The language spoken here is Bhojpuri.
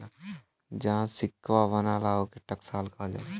जहाँ सिक्कवा बनला, ओके टकसाल कहल जाला